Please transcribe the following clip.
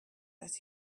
that